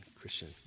Christian